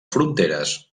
fronteres